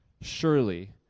Surely